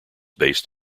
based